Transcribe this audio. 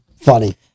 funny